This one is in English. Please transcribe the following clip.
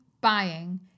buying